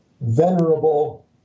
venerable